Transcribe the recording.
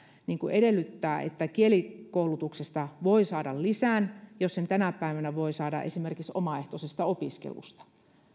edellyttää että kielikoulutuksesta voi saada lisän jos sen tänä päivänä voi saada esimerkiksi omaehtoisesta opiskelusta